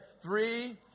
Three